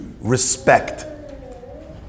respect